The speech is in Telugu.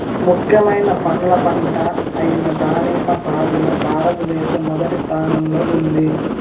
ముఖ్యమైన పండ్ల పంట అయిన దానిమ్మ సాగులో భారతదేశం మొదటి స్థానంలో ఉంది